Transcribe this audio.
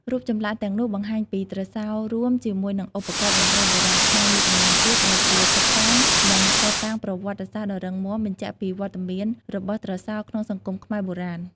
រូបចម្លាក់ទាំងនោះបង្ហាញពីទ្រសោរួមជាមួយនឹងឧបករណ៍តន្ត្រីបុរាណខ្មែរមួយចំនួនទៀត ដែលជាតឹកតាង និងភស្តុតាងប្រវត្តិសាស្ត្រដ៏រឹងមាំ បញ្ជាក់ពីវត្តមានរបស់ទ្រសោក្នុងសង្គមខ្មែរបុរាណ។